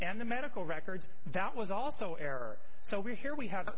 and the medical records that was also error so we hear we have